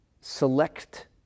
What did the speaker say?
select